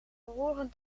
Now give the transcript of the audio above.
behoren